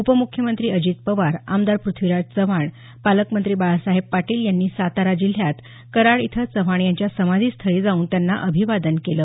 उपमुख्यमंत्री अजित पवार आमदार पृथ्वीराज चव्हाण पालकमंत्री बाळासाहेब पाटील यांनी सातारा जिल्ह्यात कराड इथं चव्हाण यांच्या समाधीस्थळी जाऊन त्यांना अभिवादन केलं